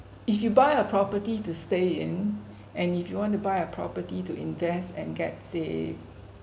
if you buy a property to stay in and if you want to buy a property to invest and gets a